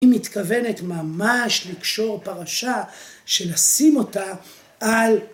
היא מתכוונת ממש לקשור פרשה של לשים אותה על